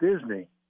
Disney